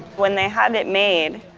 when they had it made,